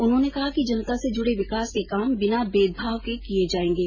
उन्होंने कहा कि जनता से जुडे विकास के काम बिना भेदभाव के किये जायेंगे